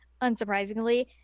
unsurprisingly